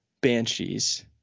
banshees